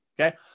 okay